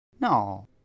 No